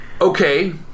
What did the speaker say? okay